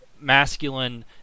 masculine